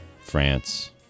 France